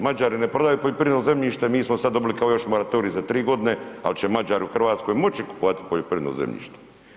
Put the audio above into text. Mađari ne prodaju poljoprivredno zemljište, mi smo sad dobili kao još moratorij za 3 godine, ali će Mađar u Hrvatskoj moći kupovati poljoprivredno zemljište.